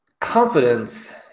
confidence